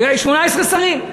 18 שרים.